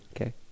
Okay